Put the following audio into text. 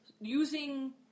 using